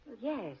Yes